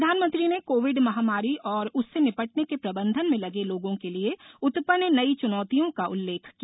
प्रधानमंत्री ने कोविड महामारी और उससे निपटने के प्रबंधन में लगे लोगों के लिए उत्पन्न नयी चुनौतियों का उल्लेख किया